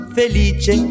felice